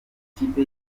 ikipe